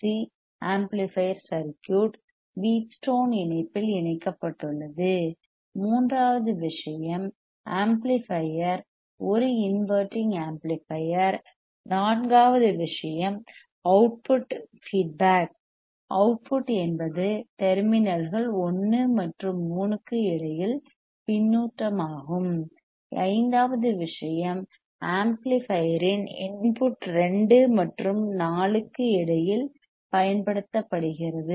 C RC amplifier circuit Wheatstone இணைப்பில் இணைக்கப்பட்டுள்ளது மூன்றாவது விஷயம் ஆம்ப்ளிபையர் ஒரு இன்வெர்ட்டிங் ஆம்ப்ளிபையர் நான்காவது விஷயம் அவுட்புட் ஃபீட்பேக் அவுட்புட் என்பது டெர்மினல்கள் 1 மற்றும் 3 க்கு இடையில் பின்னூட்டமாகும் ஐந்தாவது விஷயம் ஆம்ப்ளிபையர் இன் இன்புட் 2 மற்றும் 4 க்கு இடையில் பயன்படுத்தப்படுகிறது